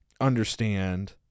understand